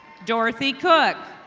dorothy cook.